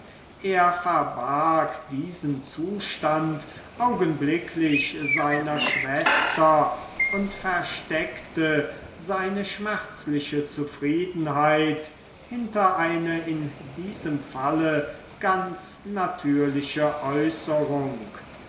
er verbarg diesen zustand augenblicklich seiner schwester und versteckte seine schmerzliche zufriedenheit hinter eine in diesem falle ganz natürliche äußerung